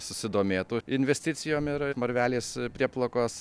susidomėtų investicijom ir marvelės prieplaukos